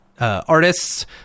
artists